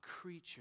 creature